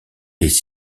est